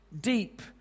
deep